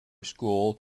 school